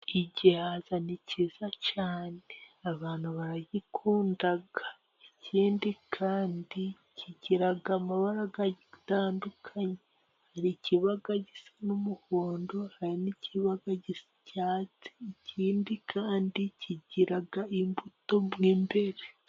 Igihaza ni cyiza cyane abantu baragikunda. Ikindi kandi kigira amabara atandukanye. Hari ikiba gisa n'umuhondo, hari n'ikiba gisa icyatsi. Ikindi kandi kigira imbuto mo imbere.